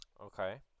Okay